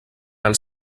els